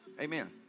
Amen